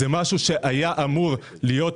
זה משהו שהיה אמור להיות בנוהל,